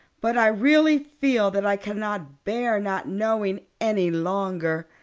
but i really feel that i cannot bear not knowing any longer.